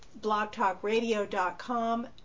Blogtalkradio.com